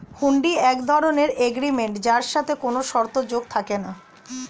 হুন্ডি এক ধরণের এগ্রিমেন্ট যার সাথে কোনো শর্ত যোগ থাকে না